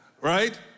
Right